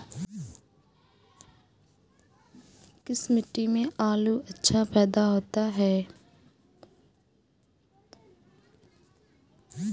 किस मिट्टी में आलू अच्छा पैदा होता है?